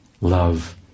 Love